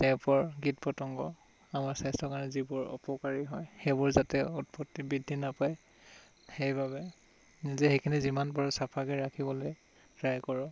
কীট পতংগ আমাৰ স্বাস্থ্যৰ কাৰণে যিবোৰ অপকাৰী হয় সেইবোৰ যাতে উৎপত্তি বৃদ্ধি নকৰে সেইবাবে নিজে সেইখিনি যিমান পাৰো চফাকৈ ৰাখিবলৈ ট্ৰাই কৰোঁ